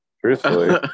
Truthfully